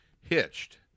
Hitched